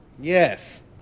Yes